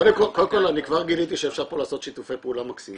קודם כל אני כבר גיליתי שאפשר פה לעשות שיתופי פעולה מקסימים.